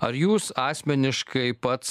ar jūs asmeniškai pats